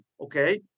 Okay